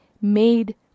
made